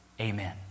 amen